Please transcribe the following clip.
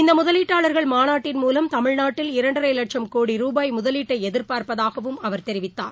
இந்தமுதலீட்டாளா்கள் மாநாட்டின் மூவம் தமிழ்நாட்டில் இரண்டரைலட்சம் கோடி ருபாய் முதலீட்டைஎதிர்பார்ப்பதாகவும் அவர் தெரிவித்தார்